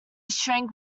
shrank